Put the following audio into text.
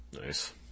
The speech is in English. nice